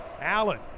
Allen